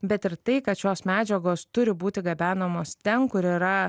bet ir tai kad šios medžiagos turi būti gabenamos ten kur yra